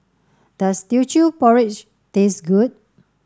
does Teochew Porridge taste good